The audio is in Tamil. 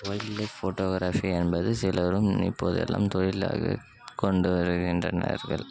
வைல்ட் லைஃப் போட்டோக்ராஃபி என்பது சிலரும் நினைப்பது எல்லாம் தொழிலாக கொண்டு வருகின்றனர்